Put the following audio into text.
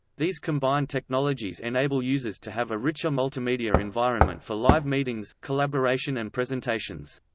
these combined technologies enable users to have a richer multimedia environment for live meetings, collaboration and presentations.